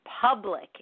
public